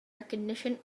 recognition